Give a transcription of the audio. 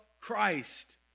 Christ